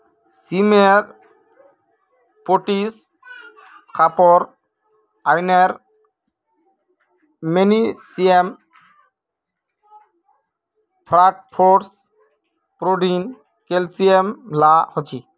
सीमेर पोटीत copper, iron, magnesium, phosphorus, protein, calcium ला हो छे